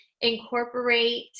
incorporate